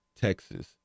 Texas